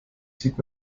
sieht